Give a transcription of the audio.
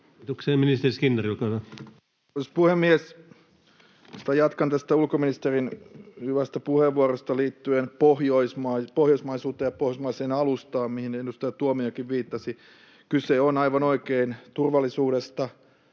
Oikeastaan jatkan tästä ulkoministerin hyvästä puheenvuorosta liittyen pohjoismaisuuteen ja pohjoismaiseen alustaan, mihin edustaja Tuomiojakin viittasi. Kyse on, aivan oikein, turvallisuudesta,